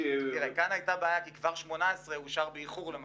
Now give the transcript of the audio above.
כאן הייתה בעיה כי 2018 אושר באיחור.